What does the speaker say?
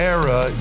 era